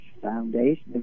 foundation